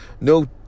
no